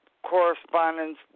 Correspondence